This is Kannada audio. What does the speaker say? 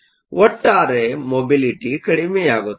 ಒಟ್ಟಾರೆ ಮೊಬಿಲಿಟಿ ಕಡಿಮೆಯಾಗುತ್ತದೆ